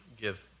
give